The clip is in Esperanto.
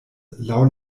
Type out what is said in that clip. laŭ